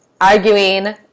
arguing